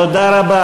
תודה.